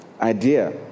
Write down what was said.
idea